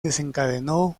desencadenó